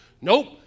Nope